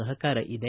ಸಹಕಾರ ಇದೆ